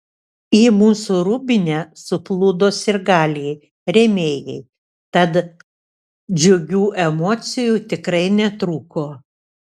į mūsų rūbinę suplūdo sirgaliai rėmėjai tad džiugių emocijų tikrai netrūko